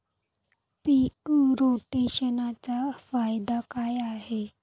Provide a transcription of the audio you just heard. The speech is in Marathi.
पीक रोटेशनचा फायदा काय आहे?